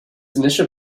initial